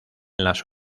las